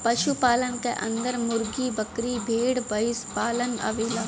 पशु पालन क अन्दर मुर्गी, बकरी, भेड़, भईसपालन आवेला